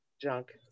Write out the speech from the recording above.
junk